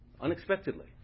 unexpectedly